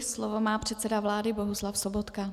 Slovo má předseda vlády Bohuslav Sobotka.